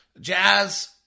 Jazz